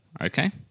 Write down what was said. Okay